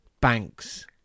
banks